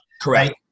Correct